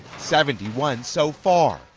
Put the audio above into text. seventy one so far.